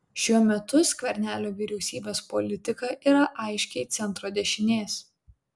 šiuo metu skvernelio vyriausybės politika yra aiškiai centro dešinės